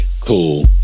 cool